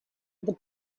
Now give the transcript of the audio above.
the